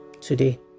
today